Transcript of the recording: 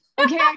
okay